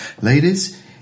ladies